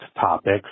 topics